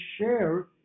share